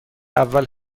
اول